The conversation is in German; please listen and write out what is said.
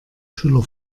schüler